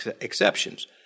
exceptions